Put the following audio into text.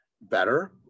better